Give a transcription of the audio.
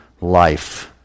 life